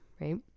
right